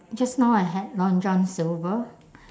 just now I had long john silver